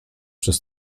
przez